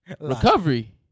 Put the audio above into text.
recovery